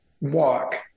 walk